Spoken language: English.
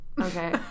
Okay